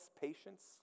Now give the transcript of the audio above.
patience